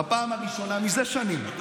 בפעם הראשונה זה שנים,